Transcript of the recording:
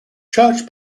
church